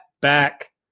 back